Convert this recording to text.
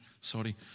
sorry